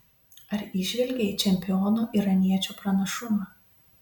ar įžvelgei čempiono iraniečio pranašumą